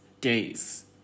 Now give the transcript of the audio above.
days